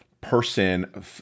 person